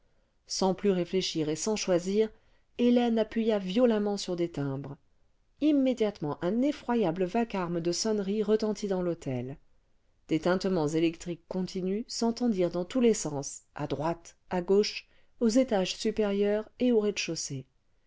sans plus réfléchir et sans choisir hélène appuya violemment suides timbres immédiatement un effroyable vacarme de sonneries retentit dans l'hôtel des tintements électriques continus s'entendirent dans tous les sens à droite à gauche aux étages supérieurs et au rez de chaus